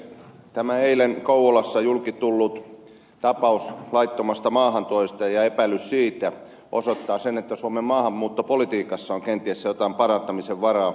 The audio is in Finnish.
tämä eilen kouvolassa julki tullut tapaus laittomasta maahantulosta ja epäilys siitä osoittaa sen että suomen maahanmuuttopolitiikassa on kenties jotain parantamisen varaa